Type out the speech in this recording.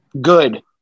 good